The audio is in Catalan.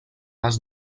les